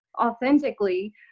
authentically